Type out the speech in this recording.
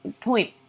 point